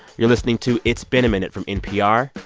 you're listening to it's been a minute from npr.